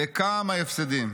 וכמה הפסדים.